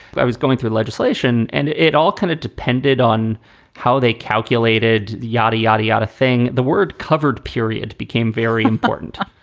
i was going through legislation and it all kind of depended on how they calculated the yada, yada, yada thing. the word covered period became very important.